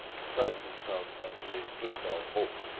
describes himself as a prisoner of hope.